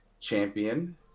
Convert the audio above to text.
Champion